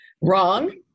Wrong